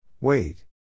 Wait